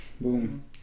Boom